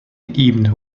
ibn